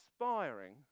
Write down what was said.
inspiring